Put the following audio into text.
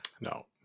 No